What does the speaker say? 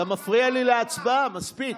אתה מפריע לי להצבעה, מספיק.